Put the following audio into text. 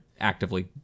actively